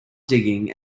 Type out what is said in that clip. digging